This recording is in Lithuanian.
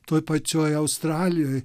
toj pačioj australijoj